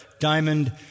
diamond